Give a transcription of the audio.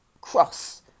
cross